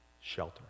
shelter